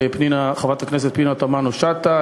לחברי הכנסת פנינה תמנו-שטה,